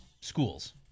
schools